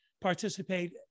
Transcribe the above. participate